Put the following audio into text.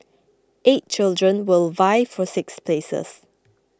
eight children will vie for six places